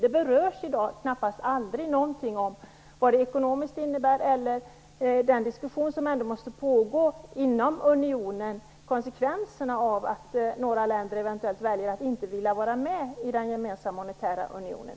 I de diskussioner som ändå måste pågå inom unionen berörs nästan aldrig konsekvenserna av att några länder eventuellt väljer att inte vara med i den gemensamma monetära unionen.